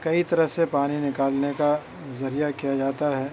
کئی طرح سے پانی نکالنے کا ذریعہ کیا جاتا ہے